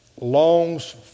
longs